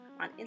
on